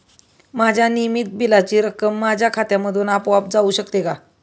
माझ्या नियमित बिलाची रक्कम माझ्या खात्यामधून आपोआप जाऊ शकते का?